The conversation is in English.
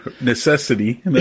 necessity